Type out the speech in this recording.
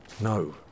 No